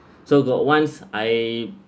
so got once I